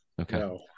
Okay